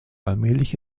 allmählich